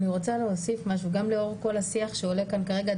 אני רוצה להוסיף משהו גם לאור כל השיח שעולה כאן כרגע.